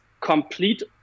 complete